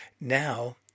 now